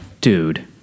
Dude